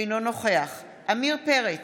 אינו נוכח עמיר פרץ,